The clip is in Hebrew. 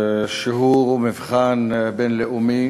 שהוא מבחן בין-לאומי